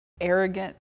arrogant